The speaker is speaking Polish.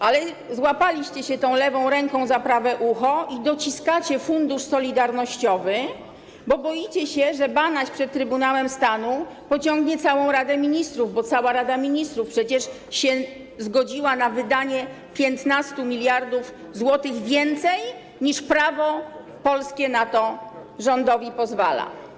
Ale złapaliście się tą lewą ręką za prawe ucho i dociskacie Fundusz Solidarnościowy, bo boicie się, że Banaś przed Trybunałem Stanu pociągnie całą Radę Ministrów, bo cała Rada Ministrów przecież zgodziła się na wydanie 15 mld zł więcej, niż prawo polskie rządowi pozwala.